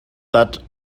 third